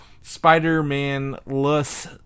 Spider-Man-less